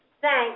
Thanks